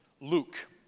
Luke